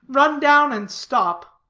run down and stop.